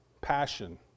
passion